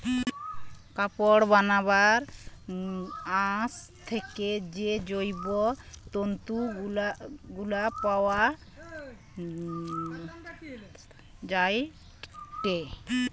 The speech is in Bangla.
কাপড় বানাবার আঁশ থেকে যে জৈব তন্তু গুলা পায়া যায়টে